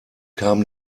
kam